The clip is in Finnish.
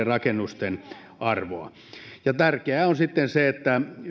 rakennusten arvoa ja tärkeää on sitten se että